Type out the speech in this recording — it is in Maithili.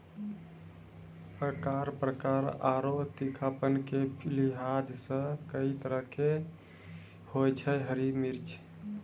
आकार, प्रकार आरो तीखापन के लिहाज सॅ कई तरह के होय छै हरी मिर्च